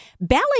Ballet